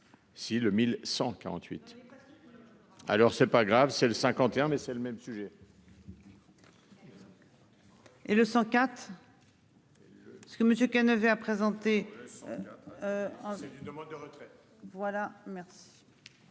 Si le 1148. Alors c'est pas grave c'est le 51 mais c'est le même sujet.--